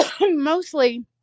mostly